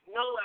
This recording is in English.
no